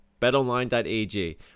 betonline.ag